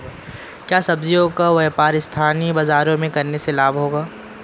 क्या सब्ज़ियों का व्यापार स्थानीय बाज़ारों में करने से लाभ होगा?